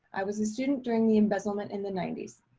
i was a student during the embezzlement in the ninety s.